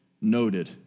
noted